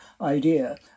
idea